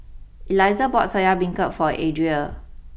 Elizah bought Soya Beancurd for Adria